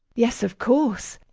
yes, of course.